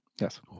Yes